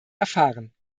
erfahren